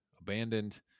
abandoned